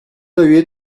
对于